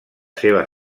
seva